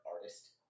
artist